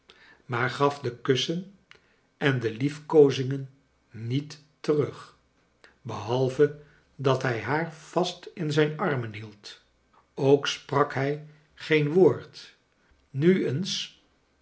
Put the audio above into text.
maar gaf de kussen en de liefkoozingen niet terag behalve dat liij haar vast in zijn armea hield ook sprak hij geen woord nu eens